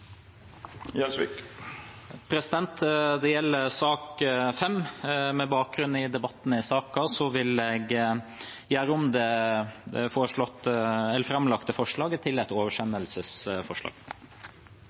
Gjelsvik ordet. Det gjelder sak nr. 5. Med bakgrunn i debatten i saken vil jeg gjøre om det framlagte forslaget til et